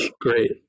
Great